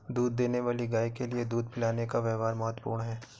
दूध देने वाली गाय के लिए दूध पिलाने का व्यव्हार महत्वपूर्ण है